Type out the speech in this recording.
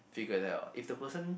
figure that out if the person